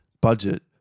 budget